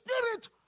spirit